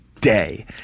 day